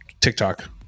TikTok